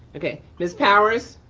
okay, ms. powers.